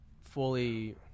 fully